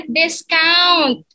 discount